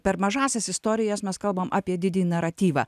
per mažąsias istorijas mes kalbam apie didįjį naratyvą